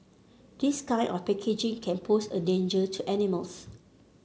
this kind of packaging can pose a danger to animals